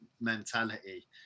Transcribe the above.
Mentality